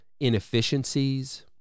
inefficiencies